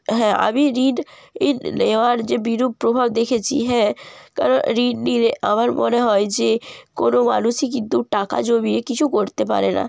হ্যাঁ আমি ঋণ ঋণ নেওয়ার যে বিরূপ প্রভাব দেখেছি হ্যাঁ কারণ ঋণ নিলে আমার মনে হয় যে কোনো মানুষই কিন্তু টাকা জমিয়ে কিছু করতে পারে না